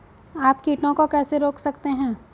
आप कीटों को कैसे रोक सकते हैं?